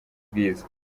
bwiza